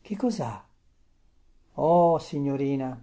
che cosha oh signorina